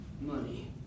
money